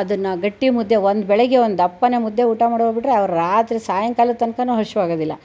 ಅದನ್ನು ಗಟ್ಟಿ ಮುದ್ದೆ ಒಂದು ಬೆಳಗ್ಗೆ ಒಂದು ದಪ್ಪನೆ ಮುದ್ದೆ ಊಟ ಮಾಡಿ ಹೋಗಿಬಿಟ್ಟರೆ ಅವರ ರಾತ್ರಿ ಸಾಯಂಕಾಲದ ತನಕನೂ ಹಸಿವಾಗೋದಿಲ್ಲ